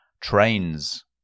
trains